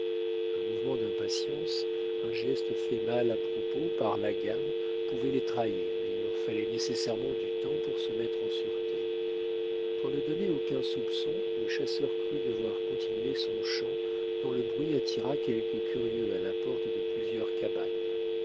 un mouvement d'impatience un geste fait mal à propos par la gamme pouvait les trahir et il leur fallait nécessairement du temps pour se mettre en sûreté pour ne donner aucun soupçon le chasseur crut devoir continuer son chant dont le bruit attira quelques curieux à la porte de plusieurs cabanes